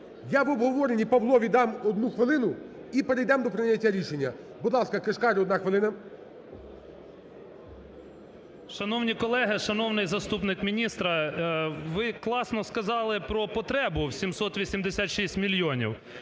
Я в обговоренні Павлові дам одну хвилину. І перейдемо до прийняття рішення. Будь ласка, Кишкар, одна хвилина. 11:57:39 КИШКАР П.М. Шановні колеги, шановний заступник міністра, ви класно сказали про потребу в 786 мільйонів.